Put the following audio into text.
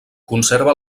conserva